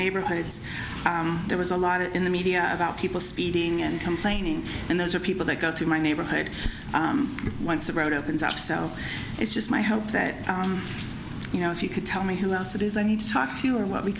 neighborhoods there was a lot in the media about people speeding and complaining and those are people that go through my neighborhood once the road opens up so it's just my hope that you know if you could tell me